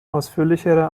ausführlichere